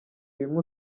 bimwe